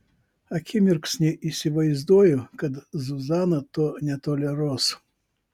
akimirksnį įsivaizduoju kad zuzana to netoleruos